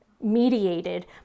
mediated